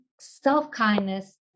self-kindness